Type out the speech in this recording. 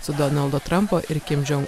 su donaldo trampo atvaizdais